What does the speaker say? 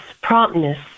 promptness